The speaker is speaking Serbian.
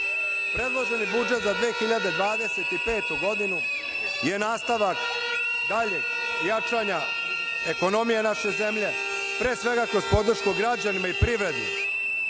ranga. Predloženi budžet za 2025. godinu je nastavak daljeg jačanja ekonomije naše zemlje, pre svega kroz podršku građanima i privredi,